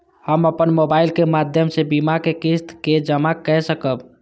हम अपन मोबाइल के माध्यम से बीमा के किस्त के जमा कै सकब?